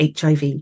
HIV